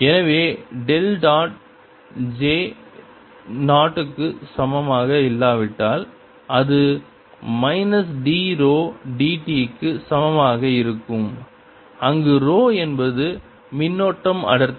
எனவே del dot j 0 க்கு சமமாக இல்லாவிட்டால் அது மைனஸ் d ரோ dt க்கு சமமாக இருக்கும் அங்கு ரோ என்பது மின்னோட்டம் அடர்த்தி